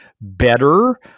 better